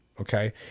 Okay